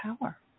power